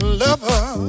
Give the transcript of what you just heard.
lover